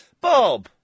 Bob